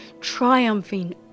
triumphing